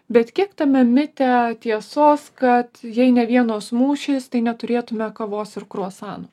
bet kiek tame mite tiesos kad jei ne vienos mūšis tai neturėtume kavos ir kruasanų